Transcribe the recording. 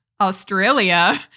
Australia